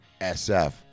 SF